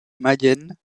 mayen